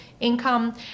income